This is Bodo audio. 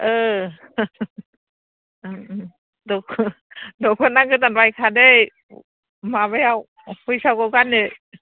दख'ना गोदान बायखादो माबायाव बैसागुआव गाननो